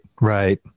right